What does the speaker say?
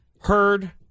heard